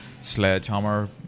sledgehammer